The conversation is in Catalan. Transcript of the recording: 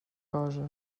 cosa